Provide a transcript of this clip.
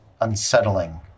unsettling